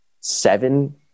seven